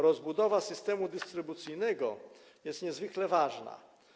Rozbudowa systemu dystrybucyjnego jest niezwykle ważna.